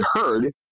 heard